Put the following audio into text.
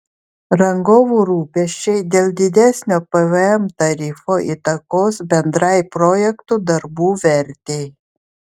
rangovų rūpesčiai dėl didesnio pvm tarifo įtakos bendrai projektų darbų vertei